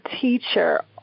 teacher